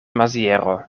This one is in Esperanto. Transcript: maziero